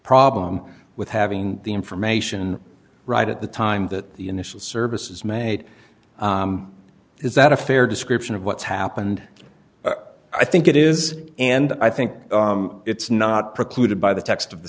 problem with having the information right at the time that the initial service is made is that a fair description of what's happened i think it is and i think it's not precluded by the text of the